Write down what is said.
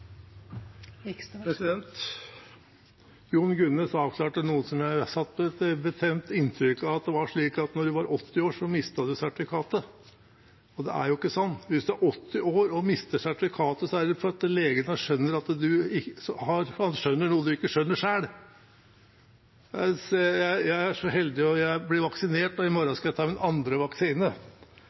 Jon Gunnes avklarte noe som jeg satt med et bestemt inntrykk av, at når du er 80 år, så mister du sertifikatet. Det er jo ikke sånn. Hvis du er 80 år og mister sertifikatet, er det fordi legen skjønner noe du ikke skjønner selv. Jeg er så heldig å bli vaksinert, og i morgen skal jeg ta min andre vaksine.